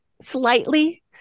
slightly